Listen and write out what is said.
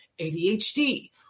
ADHD